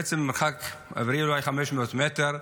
למעשה במרחק של כ-500 מטרים.